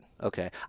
Okay